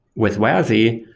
with wasi,